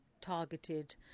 targeted